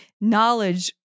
knowledge